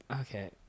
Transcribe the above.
Okay